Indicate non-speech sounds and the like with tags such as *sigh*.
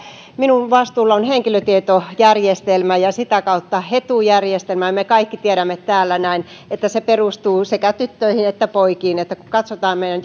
minun vastuullani on henkilötietojärjestelmä ja sitä kautta hetujärjestelmä me kaikki täällä tiedämme että se perustuu tyttöihin ja poikiin kun katsotaan meidän *unintelligible*